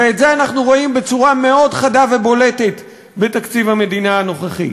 ואת זה אנחנו רואים בצורה מאוד חדה ובולטת בתקציב המדינה הנוכחי.